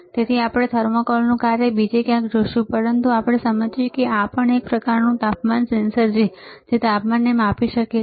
તેથી આપણે થર્મોકોલનું કાર્ય બીજે ક્યાંક જોશું પરંતુ સમજીએ કે આ પણ એક પ્રકારનું તાપમાન સેન્સર છે જે તાપમાનને માપી શકે છે